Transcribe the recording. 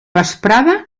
vesprada